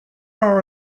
are